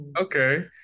Okay